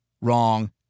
wrong